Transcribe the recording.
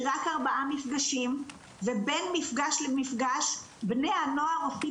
היא רק ארבעה מפגשים ובין מפגש למפגש בני הנוער עושים